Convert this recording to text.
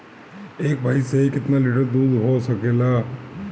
एक भइस से कितना लिटर दूध हो सकेला?